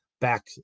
back